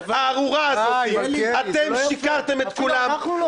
אתם שיקרתם לכולם.